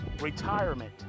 retirement